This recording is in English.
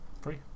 Free